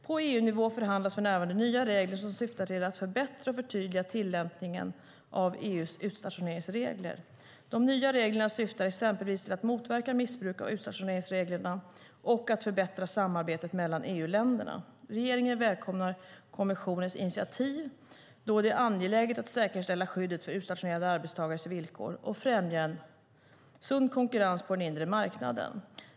På EU-nivå förhandlas för närvarande nya regler som syftar till att förbättra och förtydliga tillämpningen av EU:s utstationeringsregler. De nya reglerna syftar exempelvis till att motverka missbruk av utstationeringsreglerna och att förbättra samarbetet mellan EU-länderna. Regeringen välkomnar kommissionens initiativ då det är angeläget att säkerställa skyddet för utstationerade arbetstagares villkor och främja en sund konkurrens på den inre marknaden.